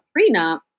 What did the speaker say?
prenup